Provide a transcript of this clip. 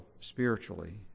spiritually